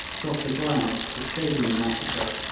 dr grant, escaping the massacre,